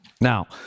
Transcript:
Now